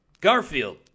Garfield